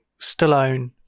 stallone